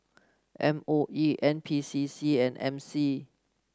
M O E N P C C and M C